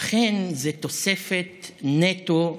לכן זה תוספת נטו,